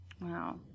Wow